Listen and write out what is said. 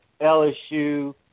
LSU